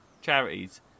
charities